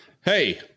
Hey